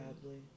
sadly